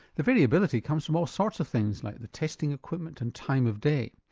the variability comes from all sorts of things, like the testing equipment and time of day,